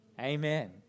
amen